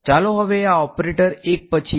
ચાલો હવે આ ઓપરેટરો એક પછી એક